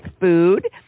Food